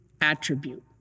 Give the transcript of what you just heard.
attribute